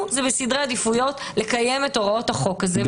זה בסדרי עדיפויות לקיים את הוראות החוק הזה.